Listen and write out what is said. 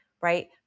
right